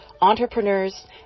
entrepreneurs